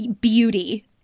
beauty